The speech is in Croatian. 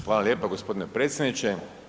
Hvala lijepa gospodine predsjedniče.